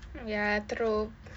ya true